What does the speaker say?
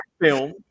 film